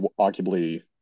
arguably